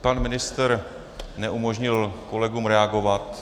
Pan ministr neumožnil kolegům reagovat.